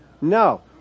No